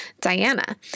Diana